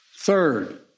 Third